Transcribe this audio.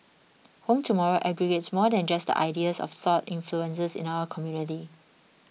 Home Tomorrow aggregates more than just the ideas of thought influences in our community